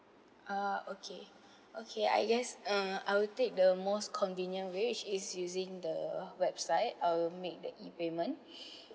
ah okay okay I guess uh I'll take the most convenient which is using the website I'll make the e payment